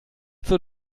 zur